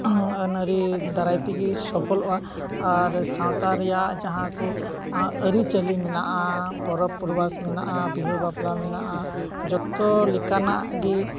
ᱟᱹᱱ ᱟᱹᱨᱤ ᱫᱟᱨᱟᱭ ᱛᱮᱜᱮ ᱥᱚᱯᱷᱚᱞᱚᱜᱼᱟ ᱟᱨ ᱥᱟᱶᱛᱟ ᱨᱮᱭᱟᱜ ᱡᱟᱦᱟᱸ ᱠᱚ ᱟᱹᱨᱤ ᱪᱟᱹᱞᱤ ᱢᱮᱱᱟᱜᱼᱟ ᱯᱚᱨᱚᱵᱽ ᱯᱚᱨᱵᱟᱥ ᱢᱮᱱᱟᱜᱼᱟ ᱵᱤᱦᱟᱹ ᱵᱟᱯᱞᱟ ᱢᱮᱱᱟᱜᱼᱟ ᱡᱚᱛᱚ ᱞᱮᱠᱟᱱᱟᱜ ᱜᱮ